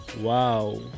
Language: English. Wow